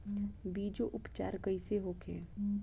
बीजो उपचार कईसे होखे?